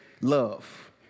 love